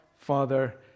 Father